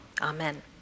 Amen